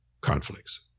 conflicts